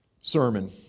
sermon